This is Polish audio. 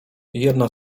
jedna